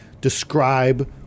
describe